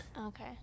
Okay